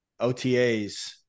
OTAs